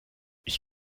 ich